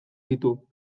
ditu